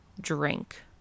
drink